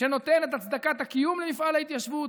שנותן את הצדקת הקיום למפעל ההתיישבות,